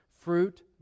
Fruit